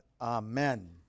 Amen